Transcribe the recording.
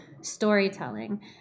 storytelling